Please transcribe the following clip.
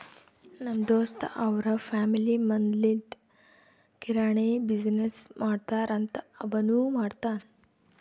ನಮ್ ದೋಸ್ತ್ ಅವ್ರ ಫ್ಯಾಮಿಲಿ ಮದ್ಲಿಂದ್ ಕಿರಾಣಿ ಬಿಸಿನ್ನೆಸ್ ಮಾಡ್ತಾರ್ ಅಂತ್ ಅವನೂ ಮಾಡ್ತಾನ್